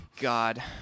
God